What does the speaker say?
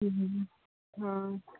ꯎꯝ ꯑꯥ